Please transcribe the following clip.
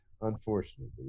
unfortunately